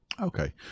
Okay